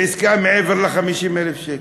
עסקה מעבר ל-50,000 שקל,